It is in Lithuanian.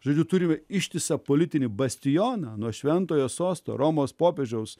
žodžiu turime ištisą politinį bastioną nuo šventojo sosto romos popiežiaus